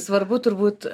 svarbu turbūt